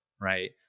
right